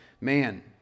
man